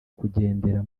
kugendera